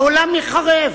העולם ייחרב.